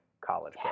college